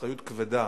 ואחריות כבדה